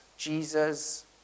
Jesus